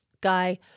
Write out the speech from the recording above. guy